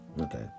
okay